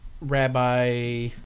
rabbi